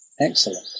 Excellent